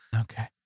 Okay